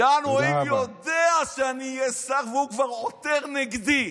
יענו, הוא יודע שאני אהיה שר והוא כבר עותר נגדי.